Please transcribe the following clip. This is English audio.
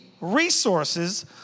resources